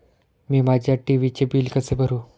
मी माझ्या टी.व्ही चे बिल कसे भरू?